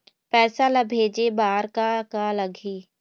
पैसा ला भेजे बार का का लगही?